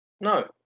No